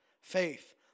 faith